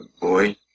Boy